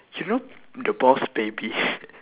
you know the boss baby